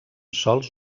sols